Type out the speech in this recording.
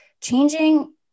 changing